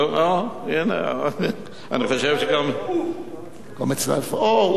או, הנה, אני חושב שגם, קומץ אל"ף אוּ.